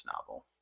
novel